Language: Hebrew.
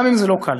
גם אם זה לא קל.